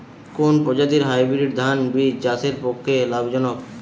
কোন প্রজাতীর হাইব্রিড ধান বীজ চাষের পক্ষে লাভজনক?